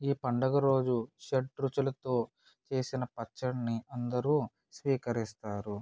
ఈ పండగ రోజు షడ్రుచులతో చేసిన పచ్చడిని అందరూ స్వీకరిస్తారు